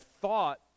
thought